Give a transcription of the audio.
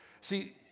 See